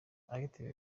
active